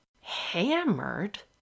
hammered